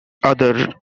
other